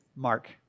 Mark